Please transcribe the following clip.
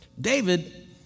David